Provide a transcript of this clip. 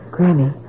Granny